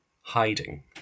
hiding